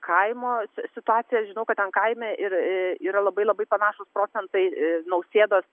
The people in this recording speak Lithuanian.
kaimo situacija žinau kad ten kaime ir yra labai labai panašūs procentai nausėdos